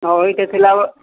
ଥିଲା